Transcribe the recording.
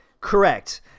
Correct